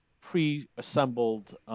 pre-assembled –